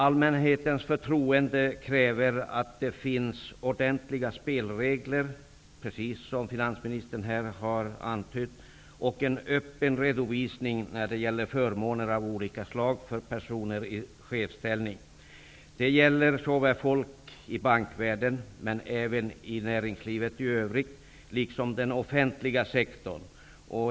Allmänhetens förtroende kräver att det finns ordentliga spelregler, precis som finansministern antydde, och en öppen redovisning när det gäller förmåner av olika slag för personer i chefsställning. Det gäller personer i bankvärlden, men även i näringslivet i övrigt liksom inom den offentliga sektorn.